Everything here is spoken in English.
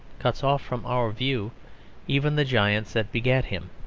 cuts off from our view even the giants that begat him.